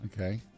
Okay